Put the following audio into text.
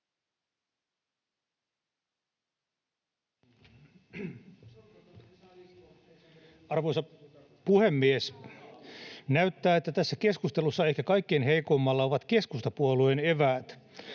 Arvoisa puhemies! Näyttää, että tässä keskustelussa ehkä kaikkein heikoimmalla ovat keskustapuolueen eväät.